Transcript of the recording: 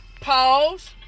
Pause